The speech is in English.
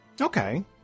Okay